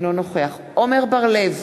אינו נוכח עמר בר-לב,